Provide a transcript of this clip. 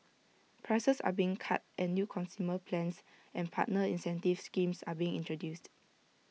prices are being cut and new consumer plans and partner incentive schemes are being introduced